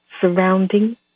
surrounding